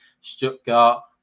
Stuttgart